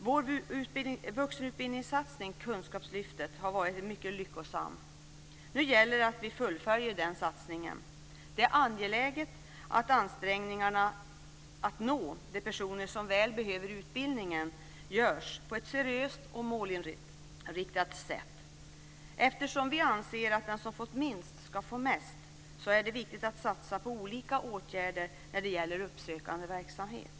Vår vuxenutbildningssatsning Kunskapslyftet har varit mycket lyckosam. Nu gäller det att vi fullföljer den satsningen. Det är angeläget att ansträngningarna att nå de personer som väl behöver utbildningen görs på ett seriöst och målinriktat sätt. Eftersom vi anser att den som fått minst ska få mest, är det viktigt att satsa på olika åtgärder när det gäller uppsökande verksamhet.